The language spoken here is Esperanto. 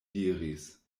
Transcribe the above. diris